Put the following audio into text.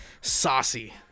saucy